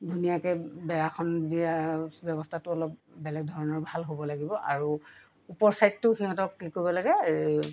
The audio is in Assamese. ধুনীয়াকৈ বেৰাখন দিয়া ব্যৱস্থাটো অলপ বেলেগ ধৰণৰ ভাল হ'ব লাগিব আৰু ওপৰ ছাইডটো সিহঁতক কি কৰিব লাগে এই